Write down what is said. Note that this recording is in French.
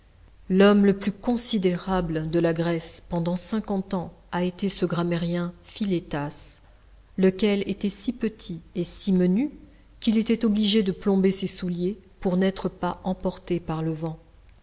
l'homme le plus considérable de la grèce pendant cinquante ans a été ce grammairien philetas lequel était si petit et si menu qu'il était obligé de plomber ses souliers pour n'être pas emporté par le vent